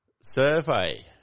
Survey